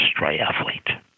triathlete